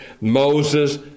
Moses